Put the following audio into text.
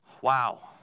Wow